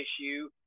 issue